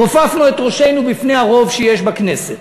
כופפנו את ראשנו בפני הרוב שיש בכנסת,